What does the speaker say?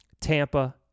Tampa